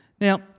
Now